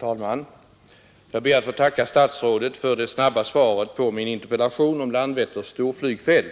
Herr talman! Jag ber att få tacka herr statsrådet för det snabba svaret på min interpellation om Landvetters storflygfält.